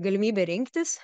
galimybę rinktis